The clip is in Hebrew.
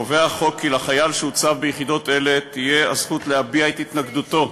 קובע החוק כי לחייל שהוצב ביחידות אלה תהיה הזכות להביע את התנגדותו.